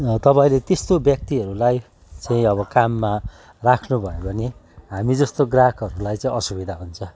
तपाईँले त्यस्तो व्यक्तिहरूलाई चाहिँ अब काममा राख्नुभयो भने हामी जस्तो ग्राहकहरूलाई चाहिँ असुविधा हुन्छ